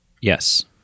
Yes